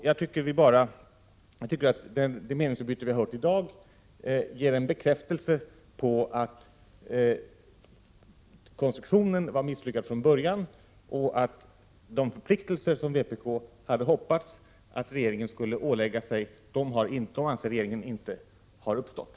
Jag tycker att det meningsutbyte vi har hört i dag bara ger en bekräftelse på att konstruktionen var misslyckad från början och att de förpliktelser som vpk hade hoppats att regeringen skulle ålägga sig är något som regeringen inte anser gällande.